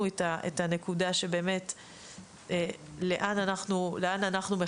יותר את הנקודה של לאן אנחנו מכוונים.